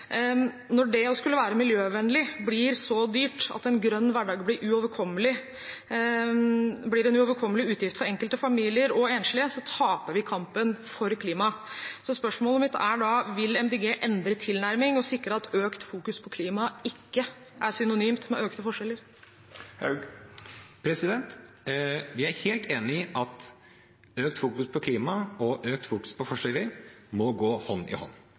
Når det å skulle være miljøvennlig blir så dyrt at en grønn hverdag blir en uoverkommelig utgift for enkelte familier og enslige, taper vi kampen for klimaet. Spørsmålet mitt er da: Vil Miljøpartiet De Grønne endre tilnærming og sikre at økt fokus på klima ikke er synonymt med økte forskjeller? Vi er helt enig i at økt fokus på klima og økt fokus på forskjeller må gå hånd i hånd.